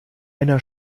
einer